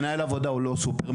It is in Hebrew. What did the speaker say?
מנהל העבודה הוא לא סופרמן.